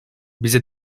bize